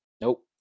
nope